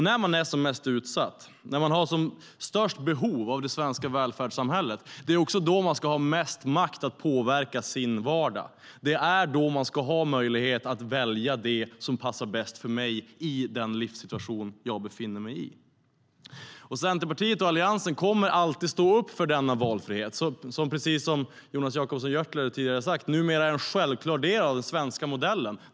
När man är som mest utsatt och har som störst behov av det svenska välfärdssamhället, det är då som man ska ha mest makt att påverka sin vardag. Det är då som man ska ha möjlighet att välja det som passar bäst för en själv i den livssituation som man befinner sig i. Centerpartiet och Alliansen kommer alltid att stå upp för denna valfrihet, precis som Jonas Jacobsson Gjörtler tidigare sa. Numera är valfriheten en självklar del av den svenska modellen.